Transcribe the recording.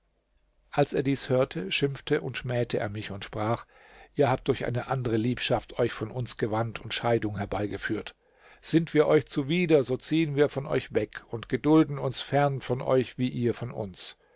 als er dies hörte schimpfte und schmähte er mich und sprach ihr habt durch eine andere liebschaft euch von uns gewandt und scheidung herbeigeführt sind wir euch zuwider so ziehen wir von euch weg und gedulden uns fern von euch wie ihr von uns